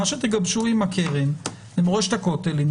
מה שתגבשו עם הקרן למורשת הכותל,